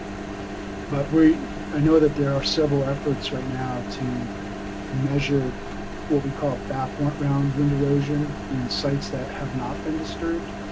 but we, i know that there are several efforts right now to measure what we call a background wind erosion, in sites that have not been disturbed.